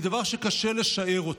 היא דבר שקשה לשער אותו.